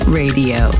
radio